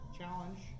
challenge